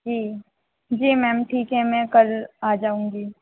जी जी मैम ठीक है मैं कल आ जाऊँगी